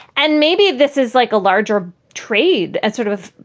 and maybe this is like a larger trade as sort of,